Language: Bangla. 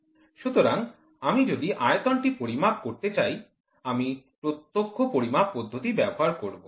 সুতরাং আমি যদি আয়তনটি পরিমাপ করতে চাই আমি প্রত্যক্ষ পরিমাপ পদ্ধতি ব্যবহার করব